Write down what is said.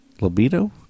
libido